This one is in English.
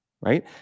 right